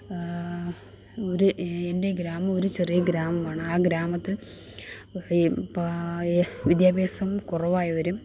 ഒരു എൻ്റെ ഗ്രാമം ഒരു ചെറിയ ഗ്രാമമാണ് ആ ഗ്രാമത്തിൽ ഈ ഈ വിദ്യാഭ്യാസം കുറവായവരും